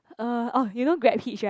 uh oh you know Grab hitch right